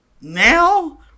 now